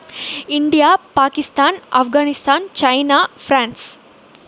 India Pakistan Afghanistan China France